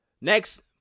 Next